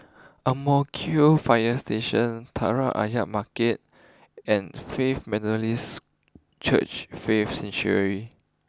Ang Mo Kio fire Station Telok Ayer Market and Faith Methodist Church Faith Sanctuary